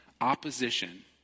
opposition